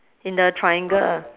in the triangle